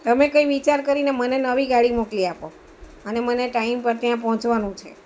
તમે કંઈ વિચાર કરીને મને નવી ગાડી મોકલી આપો અને મને ટાઈમ પર ત્યાં પહોંચવાનું છે